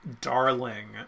darling